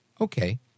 okay